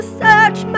search